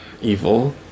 Evil